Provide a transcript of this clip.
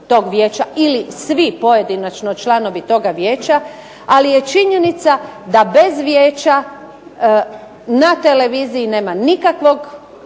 tog vijeća ili svi pojedinačno članovi toga vijeća, ali je činjenica da bez Vijeća na televiziji nema nikakvog